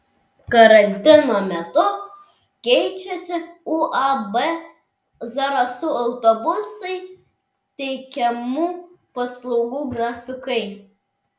karantino metu keičiasi uab zarasų autobusai teikiamų paslaugų grafikai